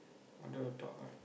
wanted to talk right